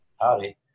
Howdy